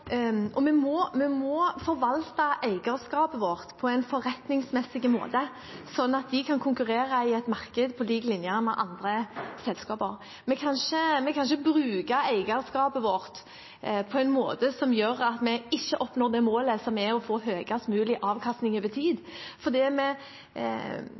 vi må forvalte eierskapet vårt på en forretningsmessig måte, slik at selskapene kan konkurrere i et marked på lik linje med andre selskaper. Vi kan ikke bruke eierskapet vårt på en måte som gjør at vi ikke oppnår det målet som er å få høyest mulig avkastning over